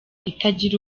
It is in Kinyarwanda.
itagira